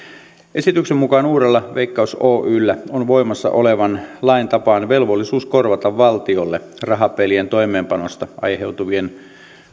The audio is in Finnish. esityksen mukaan uudella veikkaus oyllä on voimassa olevan lain tapaan velvollisuus korvata valtiolle rahapelien toimeenpanosta aiheutuvien